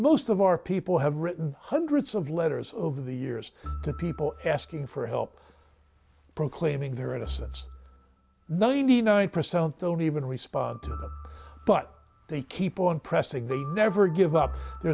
most of our people have written hundreds of letters over the years the people asking for help proclaiming their innocence ninety nine percent don't even respond but they keep on pressing they never give up there